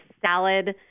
salad